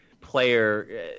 player